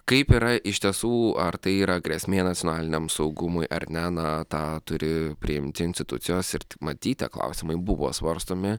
kaip yra iš tiesų ar tai yra grėsmė nacionaliniam saugumui ar ne na tą turi priimti institucijos ir matyt tie klausimai buvo svarstomi